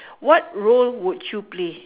what role would you play